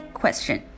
question